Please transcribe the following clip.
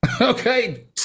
Okay